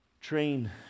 Train